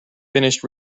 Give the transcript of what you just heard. finished